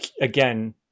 again